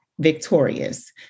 Victorious